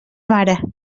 mare